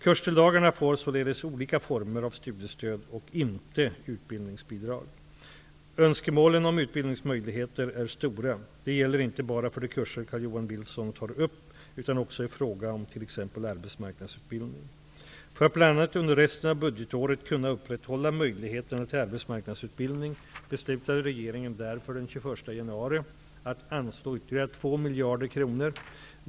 Kursdeltagarna får således olika former av studiestöd och inte utbildningsbidrag. Önskemålen om utbildningsmöjligheter är stora. Det gäller inte bara för de kurser Carl-Johan Wilson tar upp utan också i fråga om t.ex. För att bl.a. under resten av budgetåret kunna upprätthålla möjligheten till arbetsmarknadsutbildning beslutade regeringen därför den 21 januari att anslå ytterligare 2 miljarder kronor.